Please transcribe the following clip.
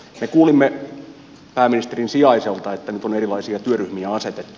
me kuulimme pääministerin sijaiselta että nyt on erilaisia työryhmiä asetettu